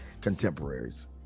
contemporaries